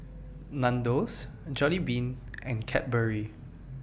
Nandos Jollibean and Cadbury